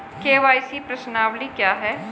KYC प्रश्नावली क्या है?